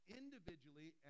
individually